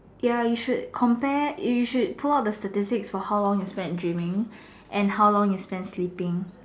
ya you should compare you should pull up the statistics for how long you spent dreaming and how long you spent sleeping